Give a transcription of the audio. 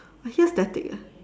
I hear static eh